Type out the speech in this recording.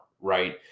right